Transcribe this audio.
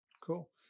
Cool